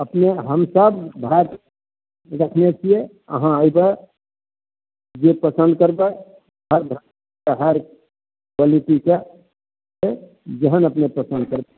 अपने हमसब भाव रखने छियै आहाँ अइबै जे पसंद करबै हर ब्राण्डके हर क़्वालिटीके छै जेहन अपने पसंद करबै